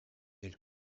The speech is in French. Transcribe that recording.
elle